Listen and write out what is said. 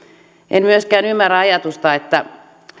en myöskään ymmärrä ajatusta että